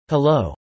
Hello